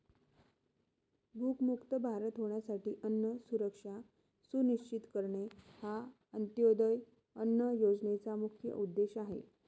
भूकमुक्त भारत होण्यासाठी अन्न सुरक्षा सुनिश्चित करणे हा अंत्योदय अन्न योजनेचा मुख्य उद्देश आहे